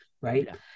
right